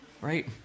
right